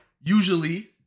Usually